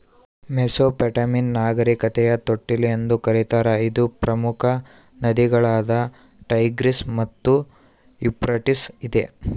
Mesopotamia ನಾಗರಿಕತೆಯ ತೊಟ್ಟಿಲು ಎಂದು ಕರೀತಾರ ಇದು ಪ್ರಮುಖ ನದಿಗಳಾದ ಟೈಗ್ರಿಸ್ ಮತ್ತು ಯೂಫ್ರಟಿಸ್ ಇದೆ